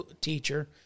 teacher